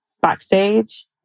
backstage